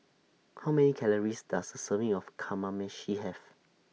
How Many Calories Does A Serving of Kamameshi Have